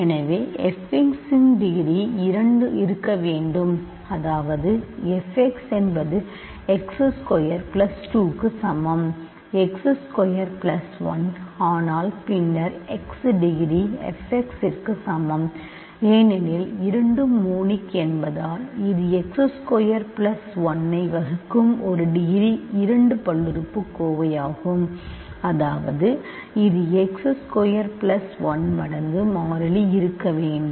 எனவே f x இன் degree இரண்டு இருக்க வேண்டும் அதாவது f x என்பது x ஸ்கொயர் பிளஸ் 2 க்கு சமம் x ஸ்கொயர் பிளஸ் 1 ஆனால் பின்னர் x டிகிரி fx ற்கு சமம் ஏனெனில் இரண்டும் மோனிக் என்பதால் இது எக்ஸ் ஸ்கொயர் பிளஸ் 1 ஐ வகுக்கும் ஒரு டிகிரி இரண்டு பல்லுறுப்புக்கோவை ஆகும் அதாவது இது x ஸ்கொயர் பிளஸ் 1 மடங்கு மாறிலி இருக்க வேண்டும்